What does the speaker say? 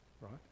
right